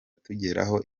tugeraho